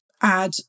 add